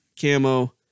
camo